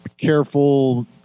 careful